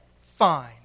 fine